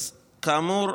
כאמור,